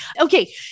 Okay